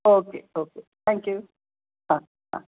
okay okay thank you हा हा